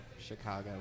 Chicago